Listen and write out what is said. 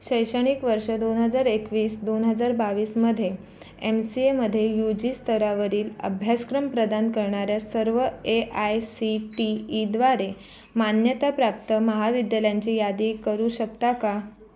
शैक्षणिक वर्ष दोन हजार एकवीस दोन हजार बावीसमध्ये एम सी एमध्ये यू जी स्तरावरील अभ्यासक्रम प्रदान करणाऱ्या सर्व ए आय सी टी ईद्वारे मान्यताप्राप्त महाविद्यालयांची यादी करू शकता का